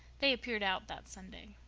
they appeared out that sunday.